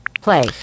Play